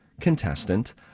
contestant